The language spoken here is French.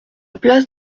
place